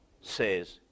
says